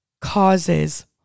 causes